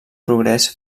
progrés